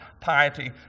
piety